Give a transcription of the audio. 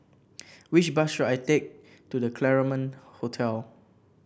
which bus should I take to The Claremont Hotel